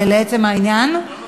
לעצם העניין,